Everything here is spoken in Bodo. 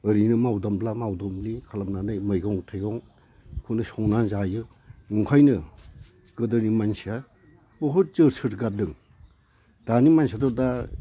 ओरैनो मावदामब्ला मावदामब्लि खालामनानै मैगं थाइगं खौनो संना जायो ओंखायनो गोदोनि मानसिया बहुद जोरसो गारदों दानि मानसियाथ' दा